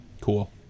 Cool